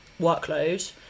workload